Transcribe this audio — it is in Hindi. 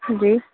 जी